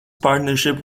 partnership